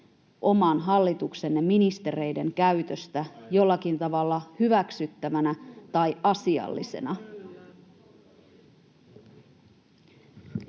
oman hallituksenne ministereiden käytöstä jollakin tavalla hyväksyttävänä tai asiallisena?